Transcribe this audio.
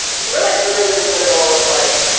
you were like literally in the middle of like,